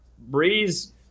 breeze